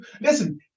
Listen